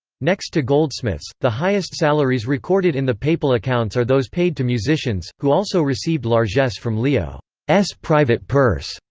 next to goldsmiths, the highest salaries recorded in the papal accounts are those paid to musicians, who also received largesse from leo's private private purse.